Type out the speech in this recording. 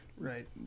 right